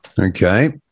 Okay